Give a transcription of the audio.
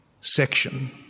section